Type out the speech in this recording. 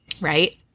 right